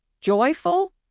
joyful